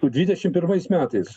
dvidešimt pirmais metais